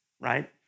right